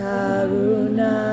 Karuna